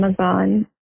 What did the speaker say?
Amazon